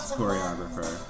choreographer